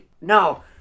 No